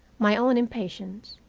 my own impatience,